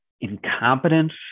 incompetence